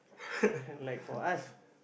like for us